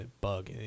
bug